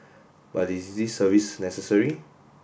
but is this service necessary